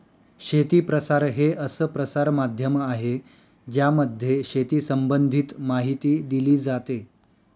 शेती प्रसार हे असं प्रसार माध्यम आहे ज्यामध्ये शेती संबंधित माहिती दिली जाते